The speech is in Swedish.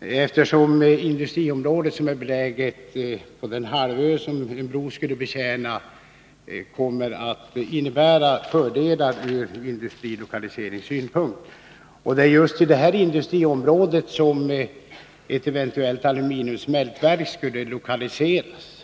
eftersom det industriområde som är beläget på den halvö som en bro skulle betjäna kan innebära fördelar ur industrilokaliseringssynpunkt. Det är just i det industriområdet som ett eventuellt aluminiumsmältverk skulle lokaliseras.